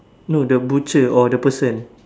no the butcher or the person